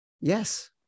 Yes